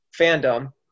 fandom